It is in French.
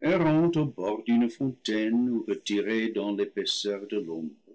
errant au bord d'une fontaine ou retiré dans l'épaisseur de l'ombre